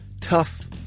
tough